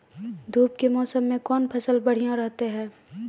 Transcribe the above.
धूप के मौसम मे कौन फसल बढ़िया रहतै हैं?